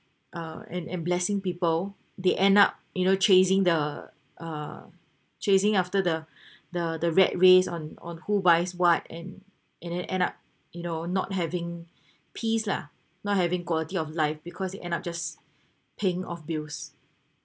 uh and and blessing people they end up you know chasing the uh chasing after the the the rat race on on who buys what and and then end up you know not having peace lah not having quality of life because they end up just paying off bills